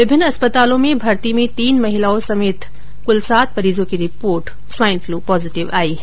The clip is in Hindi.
विभिन्न अस्पतालों में भर्ती तीन महिलाओं समेत कुल सात मरीजों की रिपोर्ट स्वाइन फ्लू पॉजीटिव आई है